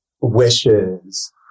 wishes